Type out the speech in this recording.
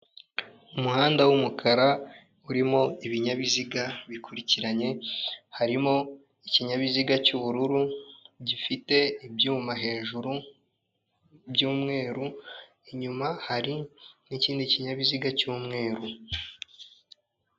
Umuhanda w'umukara urimo ibinyabiziga bikurikiranye harimo; ikinyabiziga cy'ubururu gifite ibyuma hejuru by'umweru, inyuma hari n'ikindi kinyabiziga cy'umweru.